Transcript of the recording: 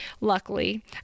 luckily